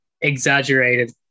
exaggerated